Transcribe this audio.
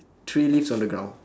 three leaves on the ground